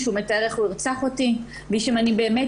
כשהוא מתאר איך הוא ירצח אותי ושאם באמת